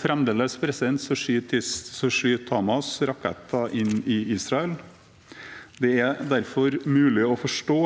Fremdeles skyter Hamas raketter inn i Israel. Det er derfor mulig å forstå